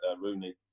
Rooney